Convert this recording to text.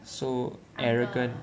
so arrogant